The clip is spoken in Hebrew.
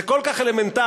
זה כל כך אלמנטרי,